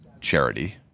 charity